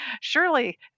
surely